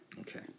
Okay